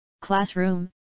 classroom